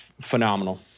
phenomenal